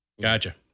Gotcha